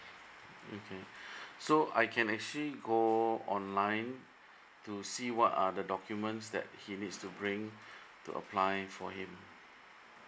okay so I can actually go online to see what are the documents that he needs to bring to apply for him